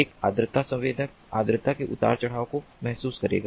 एक आर्द्रता संवेदक आर्द्रता के उतार चढ़ाव को महसूस करेगा